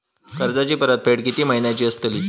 कर्जाची परतफेड कीती महिन्याची असतली?